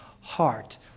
heart